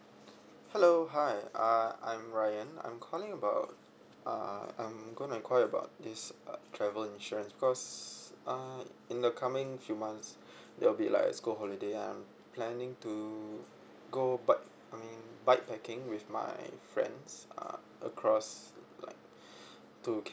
hello hi uh I'm ryan I'm calling about uh I'm going to enquire about this uh travel insurance because uh in the coming few months there will be like a school holiday I'm planning to go back I mean backpacking with my friends uh across like to